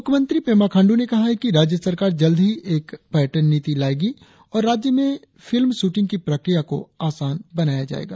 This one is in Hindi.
मुख्यमंत्री पेमा खांडू ने कहा कि राज्य सरकार जल्द ही एक पर्यटन नीति लाएगी और राज्य में फिल्म श्रटिंग की प्रक्रिया को आसान बनाएगी